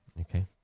Okay